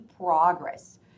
progress